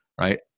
right